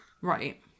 Right